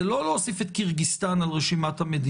זה לא להוסיף את קירגיסטן על רשימת המדינות.